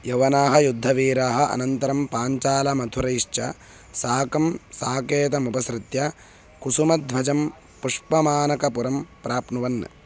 यवनाः युद्धवीराः अनन्तरं पाञ्चालमथुरैश्च साकं साकमिदमुपसृत्य कुसुमध्वजं पुष्पमानकपुरं प्राप्नुवन्